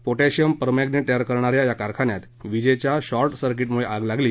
potassium permanganate तयार करणाऱ्या या कारखान्यात विजेच्या शॉर्ट सर्किटमुळे आग लागली